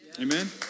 Amen